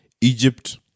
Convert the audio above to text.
Egypt